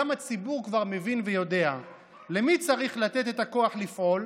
גם הציבור כבר מבין ויודע למי צריך לתת את הכוח לפעול,